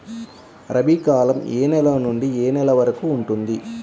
రబీ కాలం ఏ నెల నుండి ఏ నెల వరకు ఉంటుంది?